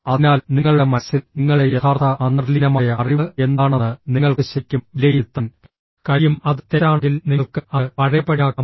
അതിനാൽ നിങ്ങളുടെ മനസ്സിൽ നിങ്ങളുടെ യഥാർത്ഥ അന്തർലീനമായ അറിവ് എന്താണെന്ന് നിങ്ങൾക്ക് ശരിക്കും വിലയിരുത്താൻ കഴിയും അത് തെറ്റാണെങ്കിൽ നിങ്ങൾക്ക് അത് പഴയപടിയാക്കാം